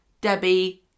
Debbie